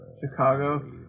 Chicago